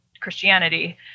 christianity